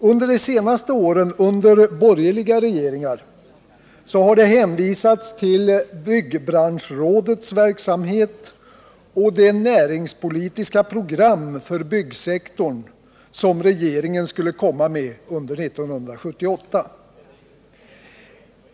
Under de senaste årens borgerliga regeringar har det hänvisats till byggbranschrådets verksamhet och det näringspolitiska program för byggnadssektorn som regeringen skulle komma med under 1978.